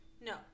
No